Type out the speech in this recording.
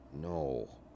No